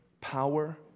power